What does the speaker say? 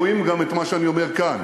רואים גם את מה שאני אומר כאן.